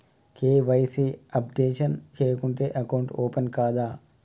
KYC updation చేయకుంటే account open కాదా?